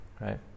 right